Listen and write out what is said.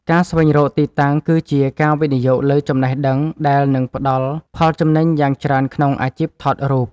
ការស្វែងរកទីតាំងគឺជាការវិនិយោគលើចំណេះដឹងដែលនឹងផ្ដល់ផលចំណេញយ៉ាងច្រើនក្នុងអាជីពថតរូប។